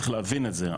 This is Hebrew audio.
צריך להבין את זה,